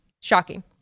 Shocking